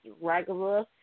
regular